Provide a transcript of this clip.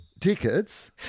tickets